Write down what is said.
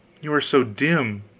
you are so dim,